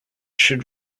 should